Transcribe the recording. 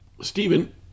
Stephen